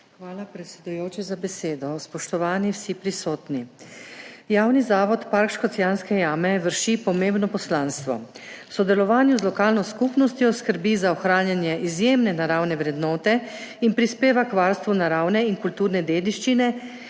Hvala, predsedujoči, za besedo. Spoštovani vsi prisotni! Javni zavod Park Škocjanske jame vrši pomembno poslanstvo. V sodelovanju z lokalno skupnostjo skrbi za ohranjanje izjemne naravne vrednote in prispeva k varstvu naravne in kulturne dediščine